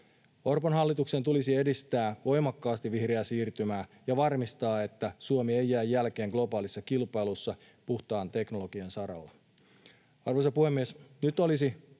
Orpon hallituksen tulisi edistää voimakkaasti vihreää siirtymää ja varmistaa, että Suomi ei jää jälkeen globaalissa kilpailussa puhtaan teknologian saralla. Arvoisa puhemies! Nyt olisi